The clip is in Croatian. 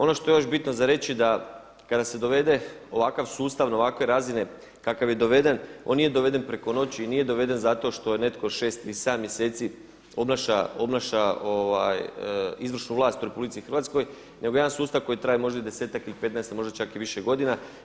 Ono što je još bitno za reći da kad se dovede ovakav sustavno, ovakve razine kakav je doveden on nije doveden preko noći i nije doveden zato što je netko 6 ili 7 mjeseci obnaša izvršnu vlas u RH, nego jedan sustav koji traje možda i 10 ili 15 a možda čak i više godina.